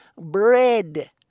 bread